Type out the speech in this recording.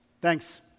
Thanks